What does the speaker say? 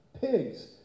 Pigs